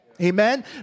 Amen